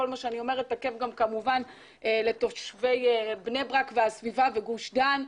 כל מה שאני אומרת תקף גם כמובן לתושבי בני ברק והסביבה וגוש דן.